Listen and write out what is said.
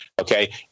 Okay